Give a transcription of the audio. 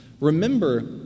remember